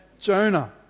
Jonah